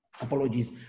apologies